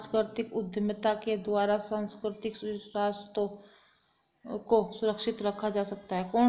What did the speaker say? सांस्कृतिक उद्यमिता के द्वारा सांस्कृतिक विरासतों को सुरक्षित रखा जा सकता है